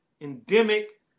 endemic